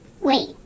Wait